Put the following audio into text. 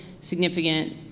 significant